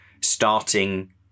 starting